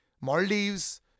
Maldives